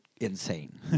insane